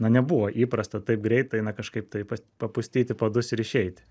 na nebuvo įprasta taip greitai na kažkaip taip pat papustyti padus ir išeit